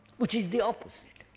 which is the opposite.